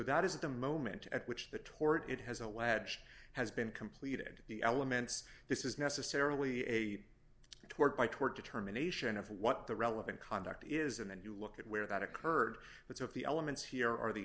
that is the moment at which the tort it has alleged has been completed the elements this is necessarily a tort by toward determination of what the relevant conduct is and then you look at where that occurred that's of the elements here are the